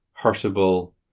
hurtable